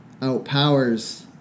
outpowers